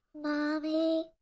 Mommy